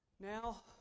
Now